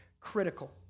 critical